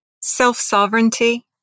Self-sovereignty